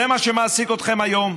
זה מה שמעסיק אתכם היום?